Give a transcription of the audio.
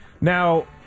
Now